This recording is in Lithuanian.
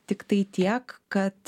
tiktai tiek kad